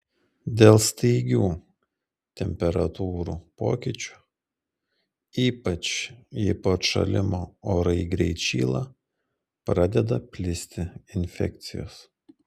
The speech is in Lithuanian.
dėl staigių temperatūrų pokyčių ypač jei po atšalimo orai greit šyla pradeda plisti infekcijos